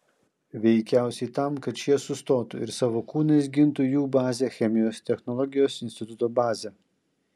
veikiausiai tam kad šie sustotų ir savo kūnais gintų jų bazę chemijos technologijos instituto bazę